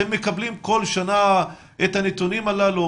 אתם מקבלים כל שנה את הנתונים הללו?